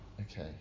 Okay